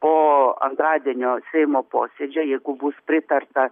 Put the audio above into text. o antradienio seimo posėdžio jeigu bus pritarta